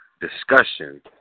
discussion